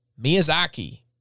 miyazaki